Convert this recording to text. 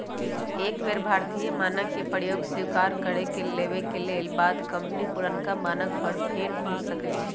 एक बेर भारतीय मानक के प्रयोग स्वीकार कर लेबेके बाद कंपनी पुरनका मानक पर फेर घुर सकै छै